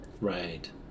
Right